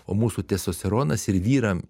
o mūsų testosteronas ir vyram